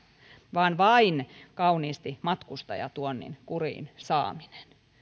vaan vain kauniisti matkustajatuonnin kuriin saaminen